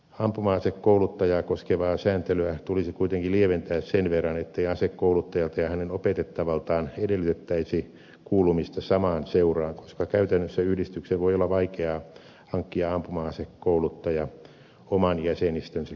ampuma asekouluttajaa koskevaa sääntelyä tulisi kuitenkin lieventää sen verran ettei asekouluttajalta ja hänen opetettavaltaan edellytettäisi kuulumista samaan seuraan koska käytännössä yhdistyksen voi olla vaikea hankkia ampuma asekouluttaja oman jäsenistönsä keskuudesta